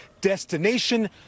Destination